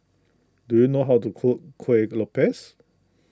do you know how to cook Kuih Lopes